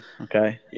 okay